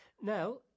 Now